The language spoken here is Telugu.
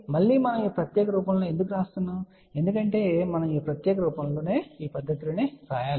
మళ్ళీ మనం ఈ ప్రత్యేక రూపంలో ఎందుకు వ్రాస్తున్నాము ఎందుకంటే మనం ఈ ప్రత్యేకమైన పద్ధతిలో వ్రాయాలి